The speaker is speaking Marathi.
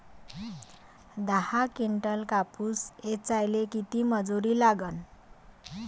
दहा किंटल कापूस ऐचायले किती मजूरी लागन?